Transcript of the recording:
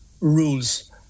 rules